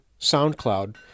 SoundCloud